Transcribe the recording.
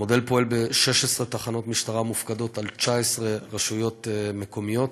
המודל פועל ב-16 תחנות משטרה המופקדות על 19 רשויות מקומיות.